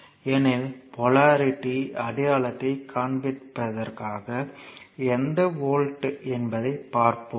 ஏனெனில் போலாரிட்டி அடையாளத்தைக் காண்பிப்பதற்காக எந்த வோல்ட் என்பதைப் பார்ப்போம்